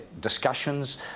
discussions